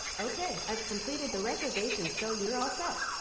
okay. i have completed the reservation, so you are all set.